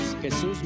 Jesús